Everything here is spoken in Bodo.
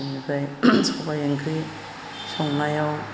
बिनिफ्राय सबाय ओंख्रि संनायाव